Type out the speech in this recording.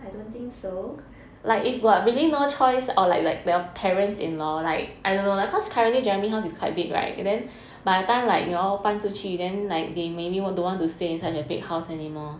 I don't think so